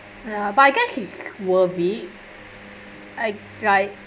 ya but I guess he's worried I like